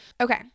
Okay